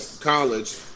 college